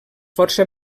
força